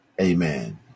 Amen